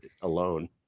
alone